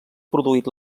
produït